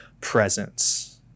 presence